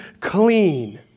clean